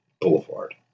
Boulevard